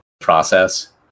process